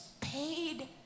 paid